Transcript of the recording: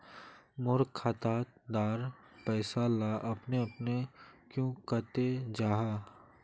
मोर खाता डार पैसा ला अपने अपने क्याँ कते जहा?